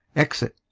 exit